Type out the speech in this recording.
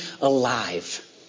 alive